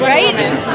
right